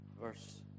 verse